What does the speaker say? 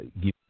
give